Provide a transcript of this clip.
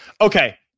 okay